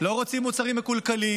לא רוצים מוצרים מקולקלים,